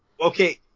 Okay